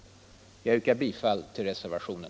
Jag yrkar bifall till reservationen.